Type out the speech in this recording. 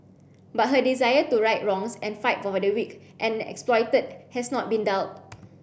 but her desire to right wrongs and fight for the weak and exploited has not been dulled